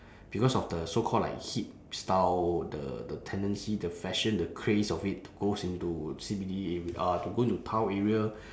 because of the so called like hip style the the tendency the fashion the craze of it goes into C_B_D ar~ uh to go into town area